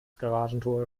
garagentor